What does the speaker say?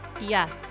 Yes